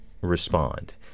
respond